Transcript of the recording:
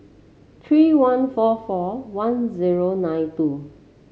three one four four one zero nine two